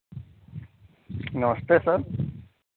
नमस्ते सर